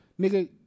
Nigga